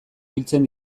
biltzen